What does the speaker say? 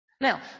Now